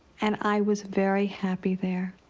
and i was very happy there.